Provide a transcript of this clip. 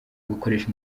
gukoresha